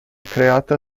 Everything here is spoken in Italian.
creata